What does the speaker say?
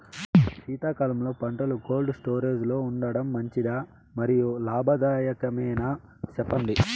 శీతాకాలంలో పంటలు cold storage లో ఉంచడం మంచిదా? మరియు లాభదాయకమేనా, సెప్పండి